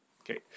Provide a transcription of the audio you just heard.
Okay